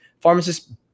pharmacists